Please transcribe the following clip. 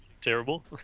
terrible